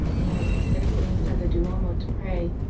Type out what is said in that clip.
and, instead of going inside the duomo to pray,